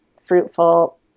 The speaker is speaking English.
fruitful